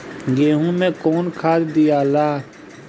गेहूं मे कौन खाद दियाला?